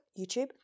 YouTube